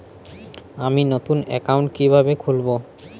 আমি নতুন অ্যাকাউন্ট কিভাবে খুলব?